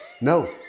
no